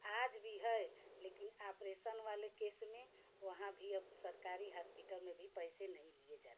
आज भी है लेकिन आपरेसन वाल केस में वहाँ भी अब सरकारी हास्पिटल में भी अब पैसे नहीं लिए जाते हैं